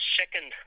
second